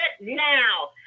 now